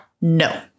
no